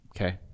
okay